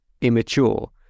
immature